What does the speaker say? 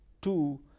Two